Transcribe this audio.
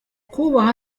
kubaha